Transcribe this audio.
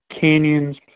canyons